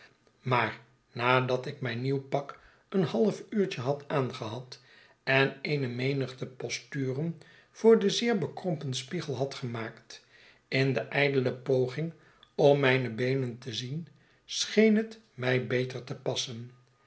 maar nadat ik mijn nieuw pak een half uurtje had aangehad en eene menigte posturen voor den zeer bekrompen spiegel had gemaakt in de ijdele poging om mijne beenen te zien scheen het mij beter te passen